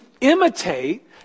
imitate